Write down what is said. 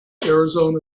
arizona